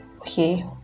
Okay